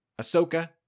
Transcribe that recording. Ahsoka